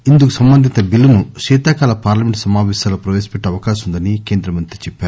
ఇందుకు సంబంధిత బిల్లును శీతాకాల పార్లమెంటు సమాపేశాలలో ప్రవేశపెట్టే అవకాశం ఉందని కేంద్ర మంత్రి చెప్పారు